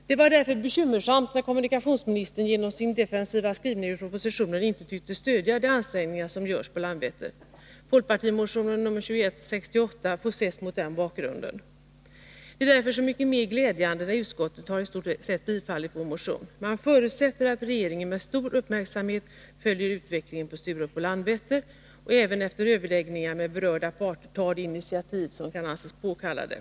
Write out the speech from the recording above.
Det var därför bekymmersamt när kommunikationsministern genom sin defensiva skrivning i propositionen inte tycktes stödja de ansträngningar som görs på Landvetter. Folkpartimotion 2168 får ses mot den bakgrunden. Det är därför så mycket mer glädjande när utskottet i stort sett har tillstyrkt vår motion. Utskottet förutsätter att regeringen med stor uppmärksamhet följer utvecklingen på Sturup och Landvetter och även efter överläggningar med berörda parter tar de initiativ som kan anses påkallade.